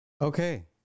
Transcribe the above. Okay